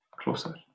closer